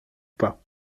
pas